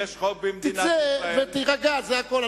תצא ותירגע, זה הכול.